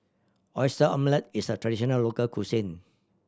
Oyster Omelette is a traditional local cuisine